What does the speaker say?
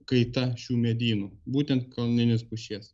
kaita šių medynų būtent kalninės pušies